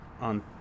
on